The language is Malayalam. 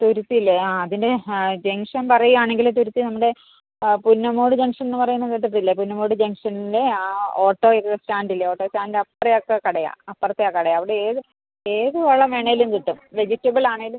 തുരുത്തില്ലേ ആ അതിൻ്റെ ജംഗ്ഷൻ പറയുകയാണെങ്കിൽ തുരുത്തി നമ്മുടെ പുന്നമൂട് ജംഗ്ഷൻ എന്ന് പറയുന്ന കേട്ടിട്ടില്ലേ പുന്നമൂട് ജംഗ്ഷനിലെ ആ ഓട്ടോ സ്റ്റാൻഡ് ഇല്ലേ ഓട്ടോ സ്റ്റാൻഡിൻ്റെ അവിടെ ഒക്കെ കടയാ അപ്പുറത്തെ കടയാ അവിടെ ഏത് ഏത് വളം വേണമെങ്കിലും കിട്ടും വെജിറ്റബിൾ ആണെങ്കിലും